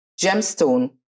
gemstone